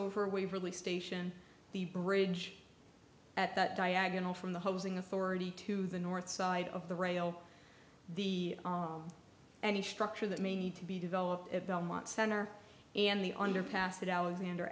over waverly station the bridge at that diagonal from the housing authority to the north side of the rail the any structure that may need to be developed at belmont center and the underpass that alexander